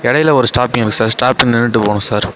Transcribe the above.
இடைல ஒரு ஸ்டாப்பிங் இருக்கும் சார் ஸ்டாப்பிங் நின்றுட்டு போகணும் சார்